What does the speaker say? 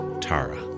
Tara